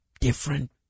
different